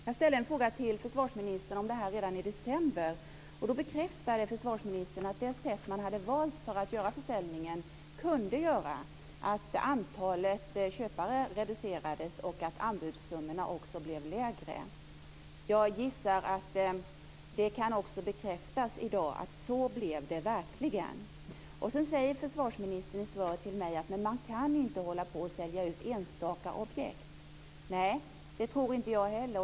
Jag ställde en fråga till försvarsministern om det här redan i december. Då bekräftade försvarsministern att det sätt man hade valt att göra försäljningen på kunde göra att antalet köpare reducerades och att anbudssummorna blev lägre. Jag gissar att det också kan bekräftas i dag att det verkligen blev så. Sedan säger försvarsministern i svaret till mig att man kan inte hålla på och sälja ut enstaka objekt. Nej, det tror inte jag heller.